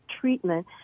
treatment